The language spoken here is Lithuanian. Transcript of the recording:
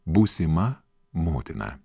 būsima motina